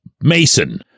Mason